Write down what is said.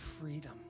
freedom